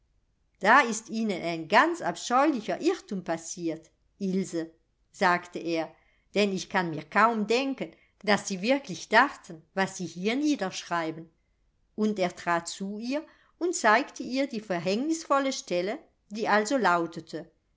da ist ihnen ein ganz abscheulicher irrtum passiert ilse sagte er denn ich kann mir kaum denken daß sie wirklich dachten was sie hier niederschreiben und er trat zu ihr und zeigte ihr die verhängnisvolle stelle die also lautete